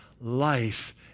life